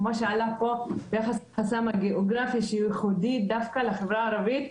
כמו שעלה פה ביחס לחסם הגיאוגרפי שהוא ייחודי דווקא לחברה הערבית,